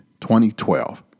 2012